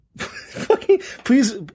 Please